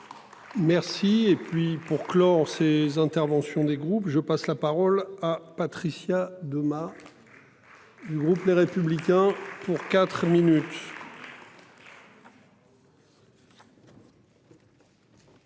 Merci et puis pour clore ces interventions des groupes, je passe la parole à Patricia de ma. Du groupe les républicains pour 4 minutes.